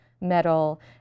metal